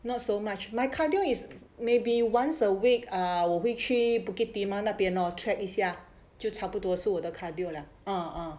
not so much my cardio is maybe once a week err 我会去 bukit timah 那边 lor trek 一下就差不多是我的 cardio lah uh uh